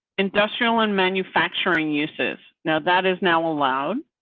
industrial and manufacturing uses now, that is now allowed.